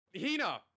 hina